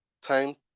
time